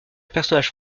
personnage